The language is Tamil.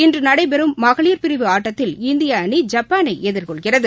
இன்று நடைபெறும் மகளிர் பிரிவு ஆட்டத்தில் இந்திய அணி ஜப்பானை எதிர்கொள்கிறது